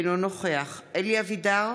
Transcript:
אינו נוכח אלי אבידר,